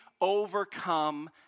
overcome